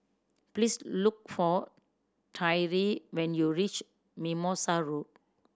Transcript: please look for Tyree when you reach Mimosa Road